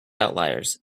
outliers